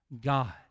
God